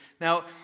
Now